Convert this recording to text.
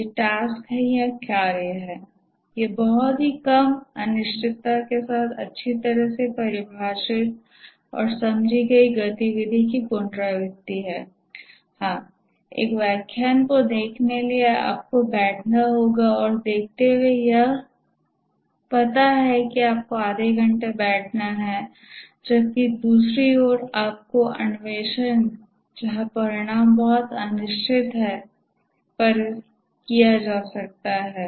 ये टास्क है या कार्य हैं ये बहुत ही कम अनिश्चितता के साथ अच्छी तरह से परिभाषित और समझी गई गतिविधि की पुनरावृत्ति हैं हाँ एक व्याख्यान को देखने के लिए आपको वहां बैठना होगा और देखते हुए यह पता है कि आपको आधे घंटे बैठना है जबकि दूसरे ओर आपको अन्वेषण है जहां परिणाम बहुत अनिश्चित है पर किया जा सकता है